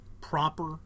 proper